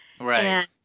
Right